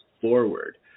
forward